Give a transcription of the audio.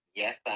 yes